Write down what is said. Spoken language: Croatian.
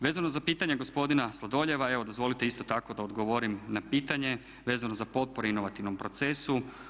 Vezano za pitanja gospodina Sladoljeva, evo dozvolite isto tako da odgovorim na pitanje vezano za potpore inovativnom procesu.